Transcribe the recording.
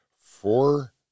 four